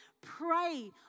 Pray